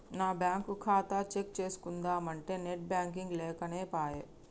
నా బ్యేంకు ఖాతా చెక్ చేస్కుందామంటే నెట్ బాంకింగ్ లేకనేపాయె